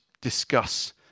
discuss